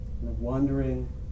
wandering